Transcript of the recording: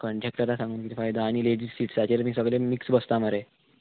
कंट्रेक्टरां सांगून कितें फायदो आनी लेडीज सिट्सांचेर बी सगळें मिक्स बसता मरे